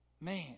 Man